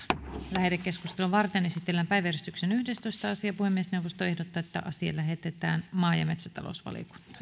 lähetekeskustelua varten esitellään päiväjärjestyksen yhdestoista asia puhemiesneuvosto ehdottaa että asia lähetetään maa ja metsätalousvaliokuntaan